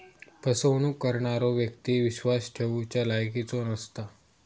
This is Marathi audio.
फसवणूक करणारो व्यक्ती विश्वास ठेवच्या लायकीचो नसता